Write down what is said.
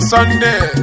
Sunday